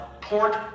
Port